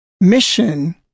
mission